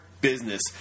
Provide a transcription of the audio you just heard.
business